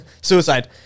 Suicide